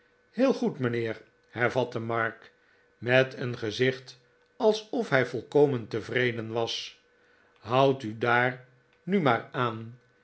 heel goed mijnheer hervatte mark met een gezicht alsof hij volkomen tevreden was houd u daar nu maar aan